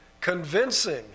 convincing